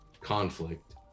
conflict